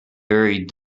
buried